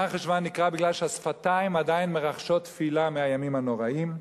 מרחשוון נקרא כך כיוון שהשפתיים עדיין מרחשות תפילה מהימים הנוראים.